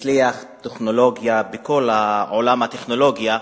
והצליח טכנולוגית בכל עולם הטכנולוגיה,